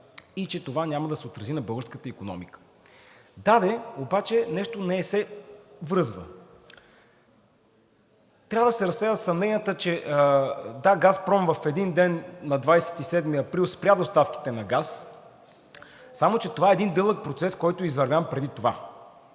и че това няма да се отрази на българската икономика. Да де, обаче нещо не се връзва, трябва да се разсеят съмненията. Да, „Газпром“ в един ден – на 27 април, спря доставките на газ, само че това е един дълъг процес, който е извървян преди това.